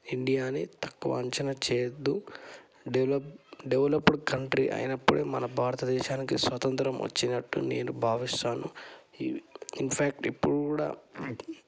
ఇండియాని తక్కువ అంచనా చేయొద్దు డెవలప్ డెవలప్డ్ కంట్రీ అయినప్పుడు మన భారతదేశానికి స్వతంత్రం వచ్చినట్టు నేను భావిస్తాను ఇన్ ఫాక్ట్ ఇప్పుడు కూడా